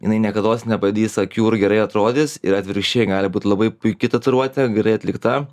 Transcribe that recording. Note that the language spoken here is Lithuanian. jinai niekados nebadys akių ir gerai atrodys ir atvirkščiai gali būt labai puiki tatuiruotė gerai atlikta